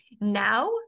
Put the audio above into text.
now